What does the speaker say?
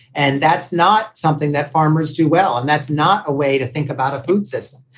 and that's not something that farmers do well. and that's not a way to think about a food system.